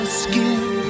skin